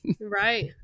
Right